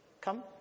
come